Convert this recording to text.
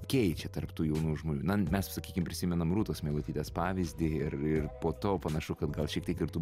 keičia tarp tų jaunų žmonių na mes sakykim prisimenam rūtos meilutytės pavyzdį ir ir po to panašu kad gal šiek tiek ir tų